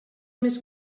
més